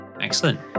Excellent